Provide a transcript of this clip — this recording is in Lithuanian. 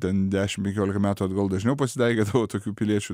ten dešim penkiolika metų atgal dažniau pasitaikydavo tokių piliečių